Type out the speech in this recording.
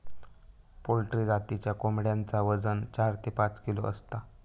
poultry जातीच्या कोंबड्यांचा वजन चार ते पाच किलो असता